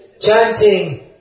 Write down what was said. chanting